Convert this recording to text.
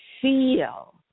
feel